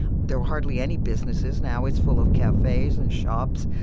there were hardly any businesses. now it's full of cafes and shops.